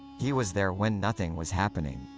he was there when nothing was happening.